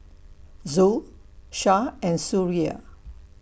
Zul Shah and Suria